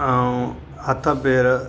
ऐं हथु पैर